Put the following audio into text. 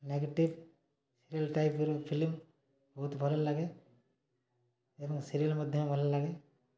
negative serial ଟାଇପ୍ର film ବହୁତ ଭଲ ଲାଗେ ଏବଂ ସିରିଏଲ୍ ମଧ୍ୟ ଭଲ ଲାଗେ